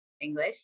English